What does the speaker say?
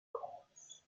corps